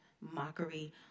mockery